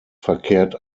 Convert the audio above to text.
verkehrt